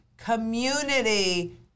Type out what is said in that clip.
community